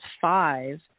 five